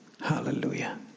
Hallelujah